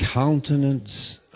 countenance